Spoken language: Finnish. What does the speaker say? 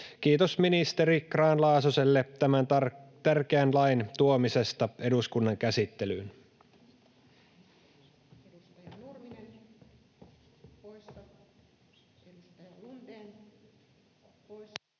Kiitos ministeri Grahn-Laasoselle tämän tärkeän lain tuomisesta eduskunnan käsittelyyn.